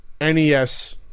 NES